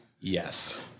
Yes